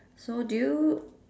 so do you